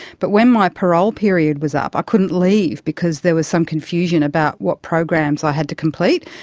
but when my parole period was up i couldn't leave because there was some confusion about what programs i had to complete.